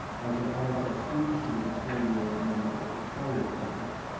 as an lhs student, she was a four year member of the choir program.